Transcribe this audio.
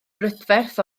brydferth